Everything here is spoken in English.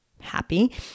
happy